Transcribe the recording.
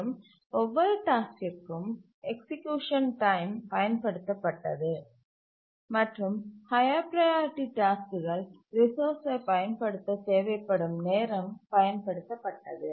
மற்றும் ஒவ்வொரு டாஸ்க்கிற்கும் எக்சீக்யூசன் டைம் பயன்படுத்தப்பட்டது மற்றும் ஹய்யர் ப்ரையாரிட்டி டாஸ்க்குகள் ரிசோர்ஸ்சை பயன்படுத்த தேவைப்படும் நேரம் பயன்படுத்தப்பட்டது